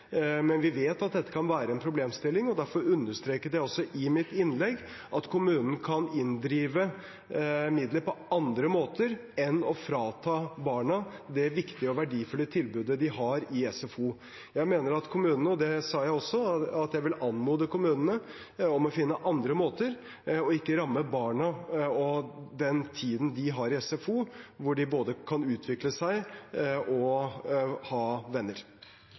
Men vi vet at dette kan være en problemstilling, og derfor understreket jeg i mitt innlegg at kommunen kan inndrive midler på andre måter enn å frata barna det viktige og verdifulle tilbudet de har i SFO. Jeg vil anmode kommunene – det sa jeg også – om å finne andre måter og ikke ramme barna og den tiden de har i SFO, hvor de både kan utvikle seg og ha venner.